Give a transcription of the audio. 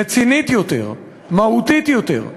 רצינית יותר, מהותית יותר,